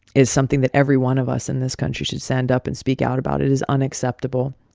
is something that every one of us in this country should stand up and speak out about. it is unacceptable.